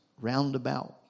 roundabout